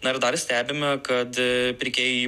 na ir dar stebime kad pirkėjai